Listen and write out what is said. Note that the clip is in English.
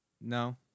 No